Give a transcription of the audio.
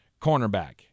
cornerback